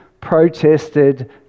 protested